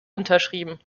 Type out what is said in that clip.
unterschrieben